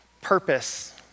purpose